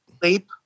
sleep